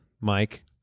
Mike